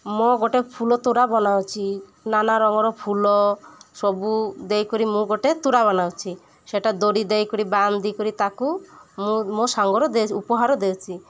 ମୁଁ ଗୋଟେ ଫୁଲ ତୋଡ଼ା ବନାଉଛି ନାନା ରଙ୍ଗର ଫୁଲ ସବୁ ଦେଇ କରି ମୁଁ ଗୋଟେ ତୋଡ଼ା ବନାଉଛି ସେଟା ଡୋରି ଦେଇ କରି ବାନ୍ଧ ଦେଇ କରି ତାକୁ ମୁଁ ମୋ ସାଙ୍ଗର ଉପହାର ଦେଉଛି